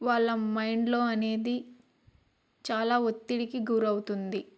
వాళ్ళ మైండ్లో అనేది చాలా ఒత్తిడికి గురవుతుంది